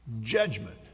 judgment